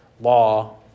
law